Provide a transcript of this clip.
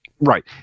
Right